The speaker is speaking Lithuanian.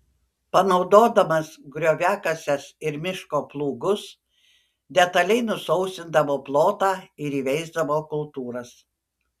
panaudodamas grioviakases ir miško plūgus detaliai nusausindavo plotą ir įveisdavo kultūras